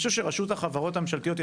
אני חושב שלרשות החברות הממשלתיות,